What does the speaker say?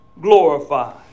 glorified